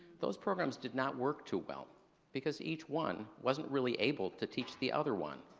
those programs did not work too well because each one wasn't really able to teach the other one.